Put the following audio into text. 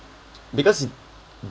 because